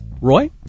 Roy